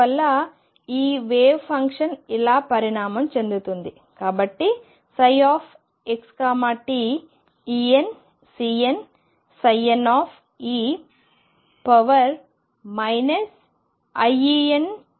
అందువలన ఈ wave function ఇలా పరిణామం చెందుతుంది కాబట్టి ψxt nCnnxe iEnt